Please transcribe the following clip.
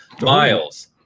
Miles